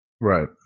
Right